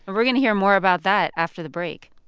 and we're going to hear more about that after the break